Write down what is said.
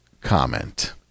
comment